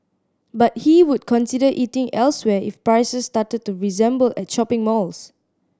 but he would consider eating elsewhere if prices started to resemble at shopping malls